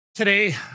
Today